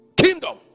kingdom